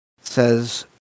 says